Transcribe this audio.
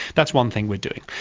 that's one thing we're doing.